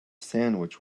sandwich